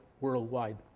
worldwide